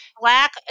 black